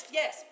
yes